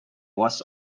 was